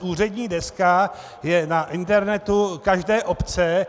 Úřední deska je na internetu každé obce.